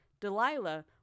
Delilah